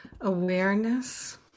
awareness